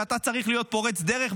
שאתה צריך להיות פורץ דרך.